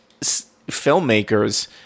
filmmakers